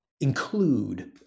include